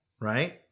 right